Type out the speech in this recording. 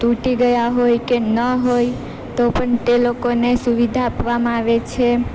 તૂટી ગયા હોય કે ના હોય તો પણ તે લોકોને સુવિધા આપવામાં આવે છે